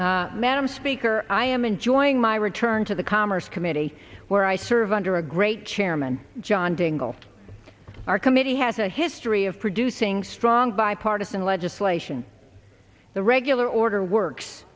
yielding madam speaker i am enjoying my return to the commerce committee where i serve under a great chairman john dingell our committee has a history of producing strong bipartisan legislation the regular order works